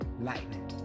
lightning